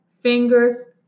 fingers